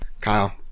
Kyle